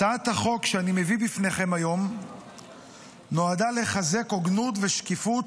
הצעת החוק שאני מביא בפניכם היום נועדה לחזק הוגנות ושקיפות,